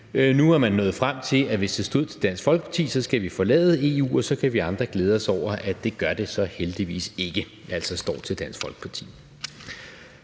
Nu er man nået frem til, at hvis det stod til Dansk Folkeparti, skulle vi forlade EU, og så kan vi andre glæde os over, at det gør det så heldigvis ikke, altså står til Dansk Folkeparti.